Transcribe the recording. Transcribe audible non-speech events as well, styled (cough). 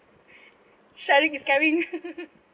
sharing is caring (laughs)